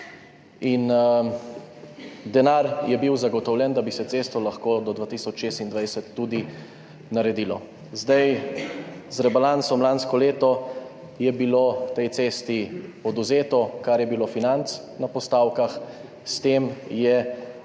Denar je bil zagotovljen, da bi se cesto lahko do 2026 tudi naredilo. Z rebalansom lansko leto je bilo tej cesti odvzeto, kar je bilo financ na postavkah. S tem je